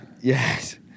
yes